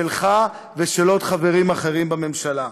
שלך ושל עוד חברים אחרים בממשלה.